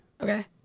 okay